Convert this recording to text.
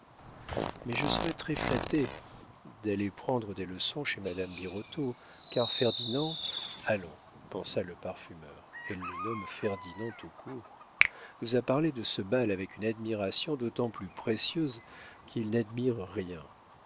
mais je serais très flattée d'aller prendre des leçons chez madame birotteau car ferdinand allons pensa le parfumeur elle le nomme ferdinand tout court nous a parlé de ce bal avec une admiration d'autant plus précieuse qu'il n'admire rien